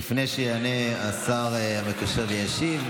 לפני שיענה השר המקשר וישיב,